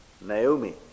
Naomi